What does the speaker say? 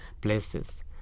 places